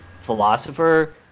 philosopher